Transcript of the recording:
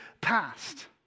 past